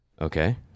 Okay